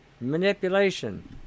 manipulation